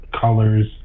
colors